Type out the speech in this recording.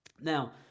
Now